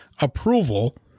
approval